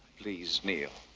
please kneel.